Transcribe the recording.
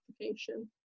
application